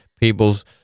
people's